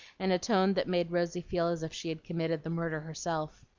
in a tone that made rosy feel as if she had committed the murder herself.